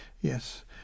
Yes